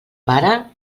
pare